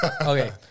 Okay